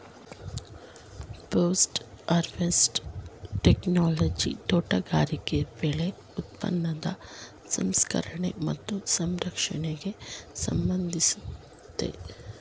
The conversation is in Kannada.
ಪೊಸ್ಟ್ ಹರ್ವೆಸ್ಟ್ ಟೆಕ್ನೊಲೊಜಿ ತೋಟಗಾರಿಕೆ ಬೆಳೆ ಉತ್ಪನ್ನದ ಸಂಸ್ಕರಣೆ ಮತ್ತು ಸಂರಕ್ಷಣೆಗೆ ಸಂಬಂಧಿಸಯ್ತೆ